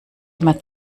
immer